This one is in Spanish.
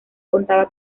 contaba